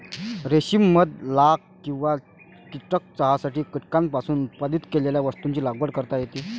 रेशीम मध लाख किंवा कीटक चहासाठी कीटकांपासून उत्पादित केलेल्या वस्तूंची लागवड करता येते